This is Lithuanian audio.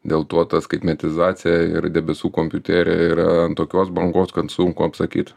dėl to ta skaitmetizacija ir debesų kompiuterija yra ant tokios bangos kad sunku apsakyti